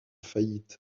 faillite